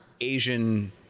Asian